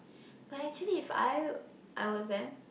but actually If I I was them